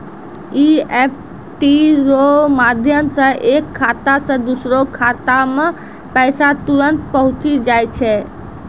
EFT रो माध्यम से एक खाता से दोसरो खातामे पैसा तुरंत पहुंचि जाय छै